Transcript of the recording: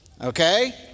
Okay